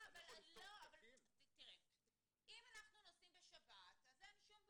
אם אנחנו נוסעים בשבת, אז אין שום בעיה.